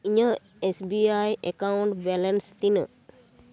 ᱤᱧᱟᱹᱜ S B I account balance ᱛᱤᱱᱟᱹᱜ